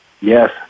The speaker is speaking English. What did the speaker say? Yes